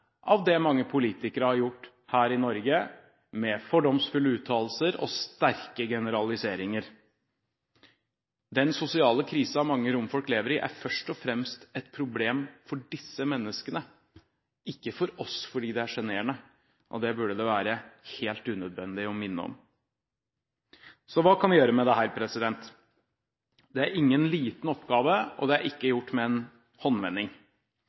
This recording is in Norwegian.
av det mange politikere har gjort her i Norge, med fordomsfulle uttalelser og sterke generaliseringer. Den sosiale krisen mange romfolk lever i, er først og fremst et problem for disse menneskene – ikke for oss, fordi det er sjenerende. Det burde det være helt unødvendig å minne om. Så hva kan vi gjøre med dette? Det er ingen liten oppgave, og det er ikke gjort i en håndvending.